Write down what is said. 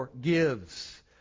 gives